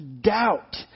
doubt